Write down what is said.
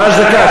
ממש דקה.